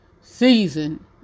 season